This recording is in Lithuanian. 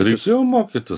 reikėjo mokytis